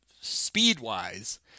speed-wise